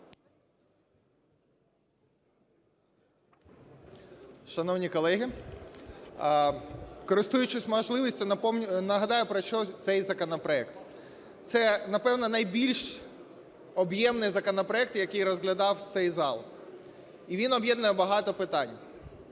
Шановні колеги, користуючись можливістю, нагадаю, про що цей законопроект. Це, напевно, найбільш об'ємний законопроект, який розглядав цей зал, і він об'єднує багато питань.